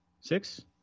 Six